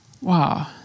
Wow